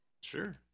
sure